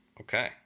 Okay